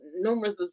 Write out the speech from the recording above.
numerous